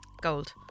gold